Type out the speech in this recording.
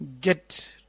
get